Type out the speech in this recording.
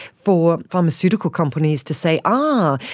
for pharmaceutical companies to say, ah,